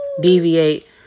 deviate